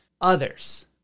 others